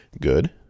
Good